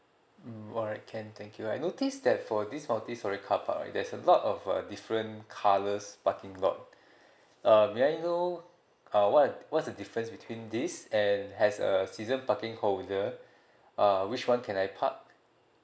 mm alright can thank you I notice that for this multistorey carpark right there's a lot of uh different colours parking lot um may I know uh what what's the difference between this and as a season parking holder uh which one can I park